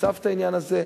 חשף את העניין הזה.